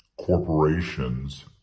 corporations